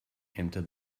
into